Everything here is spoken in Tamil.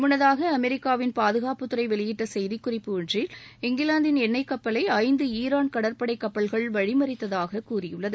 முன்னதாக அமெரிக்காவின் பாதுகாப்புத்துறை வெளியிட்ட செய்திக்குறிப்பு ஒன்றில் இங்கிலாந்தின் எண்ணெய் கப்பலை ஐந்து ஈரான் கடற்படை கப்பல்கள் வழிமறித்ததாகக் கூறியுள்ளது